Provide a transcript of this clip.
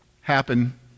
Happen